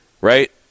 right